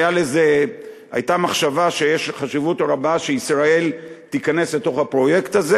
והייתה מחשבה שיש חשיבות רבה שישראל תיכנס לתוך הפרויקט הזה.